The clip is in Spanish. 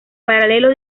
paralelo